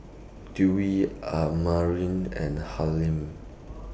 Dewi Amrin and